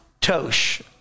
Tosh